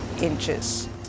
inches